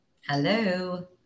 Hello